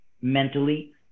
Mentally